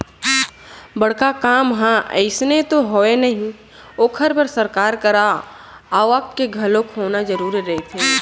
बड़का काम ह अइसने तो होवय नही ओखर बर सरकार करा आवक के घलोक होना जरुरी रहिथे